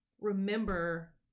remember